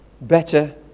Better